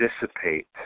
dissipate